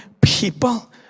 people